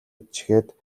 идчихээд